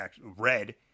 red